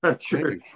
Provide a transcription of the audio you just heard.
Sure